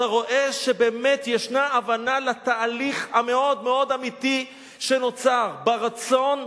אתה רואה שבאמת יש הבנה לתהליך המאוד-מאוד אמיתי שנוצר ברצון,